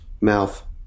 mouth